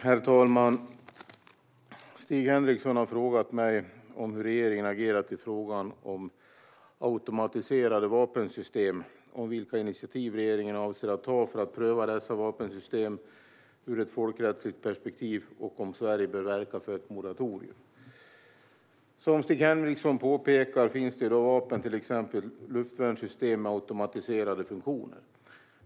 Herr talman! Stig Henriksson har frågat mig hur regeringen har agerat i frågan om automatiserade vapensystem, om vilka initiativ regeringen avser att ta för att pröva dessa vapensystem ur ett folkrättsligt perspektiv och om Sverige bör verka för ett moratorium. Som Stig Henriksson påpekar finns det i dag vapen, till exempel luftvärnssystem, med automatiserade funktioner.